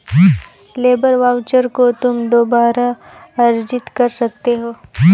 labour voucher को तुम दोबारा अर्जित कर सकते हो